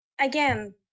again